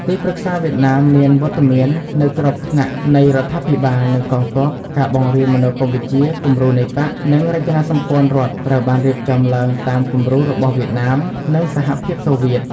ទីប្រឹក្សាវៀតណាមមានវត្តមាននៅគ្រប់ថ្នាក់នៃរដ្ឋាភិបាល និងកងទ័ព ការបង្រៀនមនោគមវិជ្ជា: គំរូនៃបក្ស និងរចនាសម្ព័ន្ធរដ្ឋត្រូវបានរៀបចំឡើងតាមគំរូរបស់វៀតណាម និងសហភាពសូវៀត ។